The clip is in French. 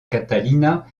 catalina